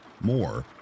more